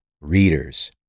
readers